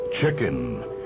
chicken